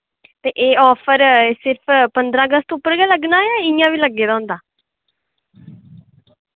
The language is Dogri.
ते एह् आफर सिर्फ पंदरां अगस्त उप्पर गै लग्गना जां इ'यां बी लग्गे दा होंदा